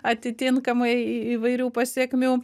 atitinkamai įvairių pasekmių